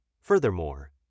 Furthermore